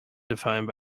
defined